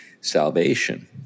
salvation